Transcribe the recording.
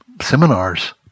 seminars